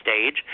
stage